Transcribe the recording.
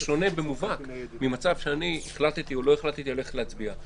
זה שונה במובהק ממצב בו החלטתי או לא החלטתי ללכת להצביע.